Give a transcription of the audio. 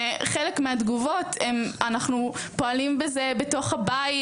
וחלק מהתגובות הן אנחנו פועלים בזה בתוך הבית,